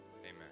Amen